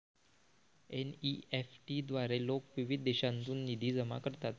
NEFT द्वारे लोक विविध देशांतून निधी जमा करतात